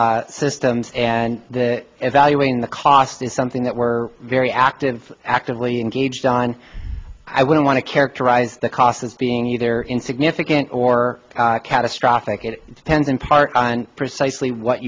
systems and evaluating the cost is something that we're very active actively engaged on i wouldn't want to characterize the cost as being either insignificant or catastrophic it depends in part on precisely what